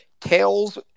Tails